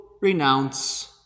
renounce